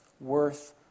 worth